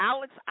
Alex